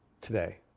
today